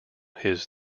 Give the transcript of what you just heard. his